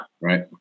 Right